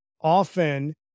often